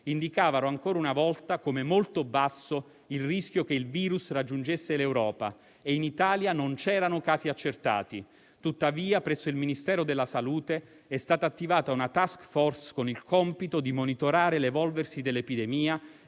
indicavano, ancora una volta, come molto basso il rischio che il virus raggiungesse l'Europa e in Italia non c'erano casi accertati. Tuttavia, presso il Ministero della salute è stata attivata una *task* *force* con il compito di monitorare l'evolversi dell'epidemia